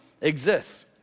exists